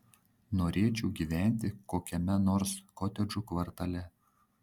norėčiau gyventi kokiame nors kotedžų kvartale